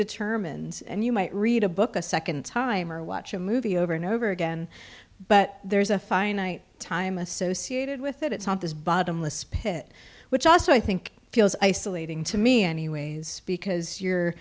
determined and you might read a book a second time or watch a movie over and over again but there's a finite time associated with it it's not this bottomless pit which also i think feels isolating to me anyways because you're